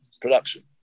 production